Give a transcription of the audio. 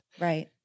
Right